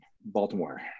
Baltimore